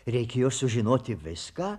reikėjo sužinoti viską